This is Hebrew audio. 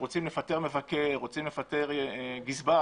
הוא עורך דין ויש לו לקוח שהוא מפלגה.